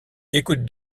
écoute